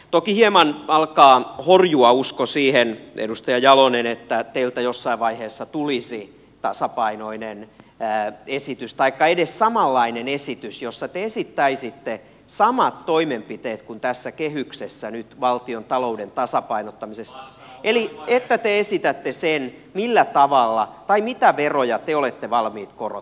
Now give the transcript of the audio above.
toki hieman alkaa horjua usko siihen edustaja jalonen että teiltä jossain vaiheessa tulisi tasapainoinen esitys taikka edes samanlainen esitys jossa te esittäisitte samat toimenpiteet kuin tässä kehyksessä nyt valtiontalouden tasapainottamisesta eli että te esitätte sen millä tavalla tai mitä veroja te olette valmiit korottamaan